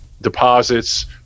deposits